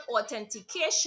authentication